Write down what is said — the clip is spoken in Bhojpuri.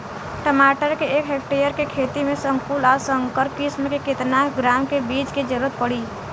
टमाटर के एक हेक्टेयर के खेती में संकुल आ संकर किश्म के केतना ग्राम के बीज के जरूरत पड़ी?